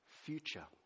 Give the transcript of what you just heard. future